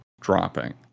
dropping